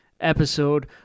episode